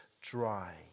dry